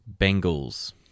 Bengals